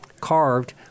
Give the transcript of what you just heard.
carved—